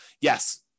yes